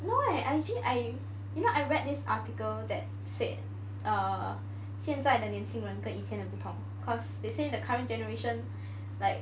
why you know actually I you know I read this article that said err 现在的年轻人更以前的不同 cause they say the current generation like